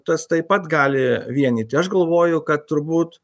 tas taip pat gali vienyti aš galvoju kad turbūt